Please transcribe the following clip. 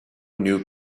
new